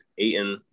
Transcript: Aiden